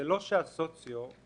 זה לא שהסוציו הוא